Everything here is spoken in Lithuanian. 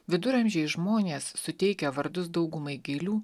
viduramžiais žmonės suteikę vardus daugumai gėlių